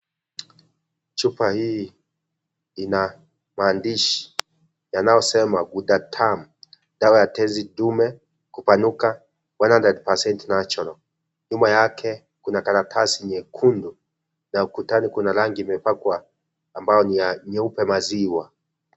Chupa hii ina maadishi yanayosema GHUDATUN Dawa ya Tezi dume kupanuka 100%natural . Nyuma yake kuna karatasi nyekundu na ukutani kuna rangi imepakwa ambayo ni nyeupe maziwa.